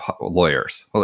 lawyers